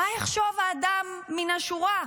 מה יחשוב האדם מן השורה?